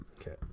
Okay